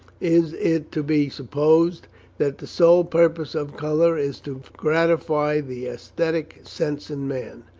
is it to be supposed that the sole purpose of colour is to gratify the aesthetic sense in man?